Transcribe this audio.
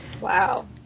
Wow